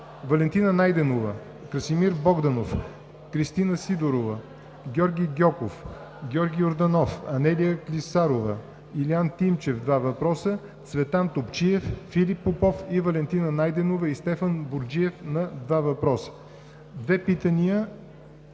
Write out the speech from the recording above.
Валентина Найденова; Красимир Богданов; Кристина Сидорова; Георги Гьоков, Георги Йорданов, Анелия Клисарова и Илиян Тимчев – два въпроса; Цветан Топчиев, Филип Попов и Валентина Найденова; и Стефан Бурджев – два въпроса; и на две питания